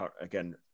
again